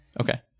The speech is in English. Okay